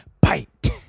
bite